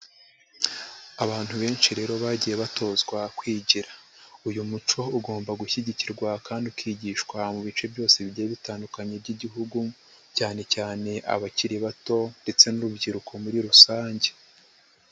Abantu benshi rero bagiye batozwa kwigira. Uyu muco ugomba gushyigikirwa kandi ukigishwa mu bice byose bigiye bitandukanye by'igihugu, cyane cyane abakiri bato ndetse n'urubyiruko muri rusange.